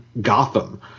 Gotham